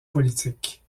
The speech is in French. politique